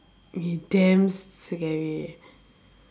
eh damn scary eh